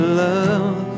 love